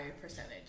percentage